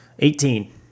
Eighteen